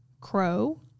crow